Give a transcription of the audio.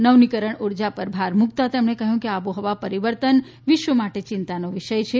નવીનીકરણ ઉર્જા પર ભાર મુકતા તેમણે કહ્યું કે આબોહવા પરિવર્તન વિશ્વ માટે ચિંતાનો વિષય છે